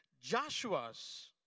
Joshua's